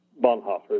Bonhoeffer